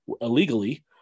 illegally